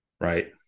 right